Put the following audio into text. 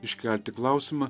iškelti klausimą